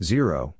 Zero